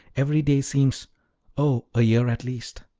every day seems oh, a year at least!